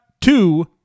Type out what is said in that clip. two